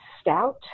stout